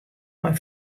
mei